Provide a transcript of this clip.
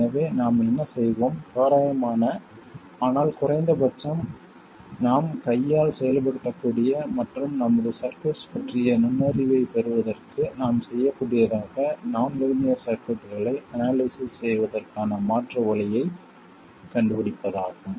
எனவே நாம் என்ன செய்வோம் தோராயமான ஆனால் குறைந்த பட்சம் நாம் கையால் செயல்படுத்தக்கூடிய மற்றும் நமது சர்க்யூட்ஸ் பற்றிய நுண்ணறிவைப் பெறுவதற்கு நாம் செய்யக்கூடியதாக நான் லீனியர் சர்க்யூட்களை அனாலிசிஸ் செய்வதற்கான மாற்று வழியைக் கண்டுபிடிப்பதாகும்